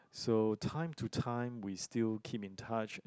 so time to time we still keep in touch